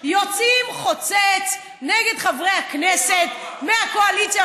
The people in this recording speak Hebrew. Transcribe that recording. יוצאים חוצץ נגד חברי הכנסת מהקואליציה,